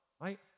right